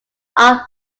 are